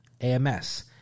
AMS